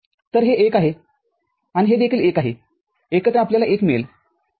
तर हे १ आहे आणि हे देखील १ आहे एकत्र आपल्याला १ मिळेल ठीक आहे